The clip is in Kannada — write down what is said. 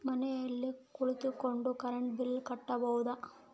ಮನೆಲ್ ಕುತ್ಕೊಂಡ್ ಕರೆಂಟ್ ಬಿಲ್ ಕಟ್ಬೊಡು